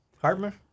Hartman